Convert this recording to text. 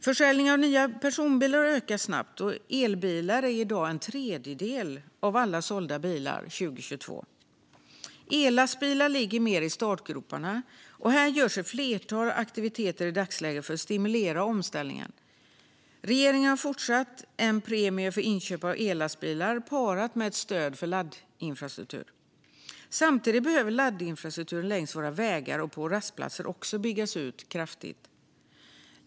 Försäljning av nya personbilar har ökat snabbt; år 2022 stod elbilar för cirka en tredjedel av alla sålda bilar. Ellastbilar ligger mer i startgroparna. Här görs ett flertal aktiviteter i dagsläget för att stimulera omställningen. Regeringen har fortsatt en premie för inköp av ellastbilar parat med ett stöd för laddinfrastruktur. Samtidigt behöver laddinfrastrukturen längs våra vägar och på rastplatser byggas ut kraftigt.